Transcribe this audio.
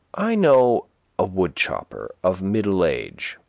i know a woodchopper, of middle age,